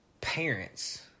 parents